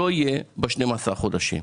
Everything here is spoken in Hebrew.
לא ייכלל ב-12 החודשים,